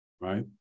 right